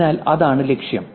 അതിനാൽ അതാണ് ലക്ഷ്യം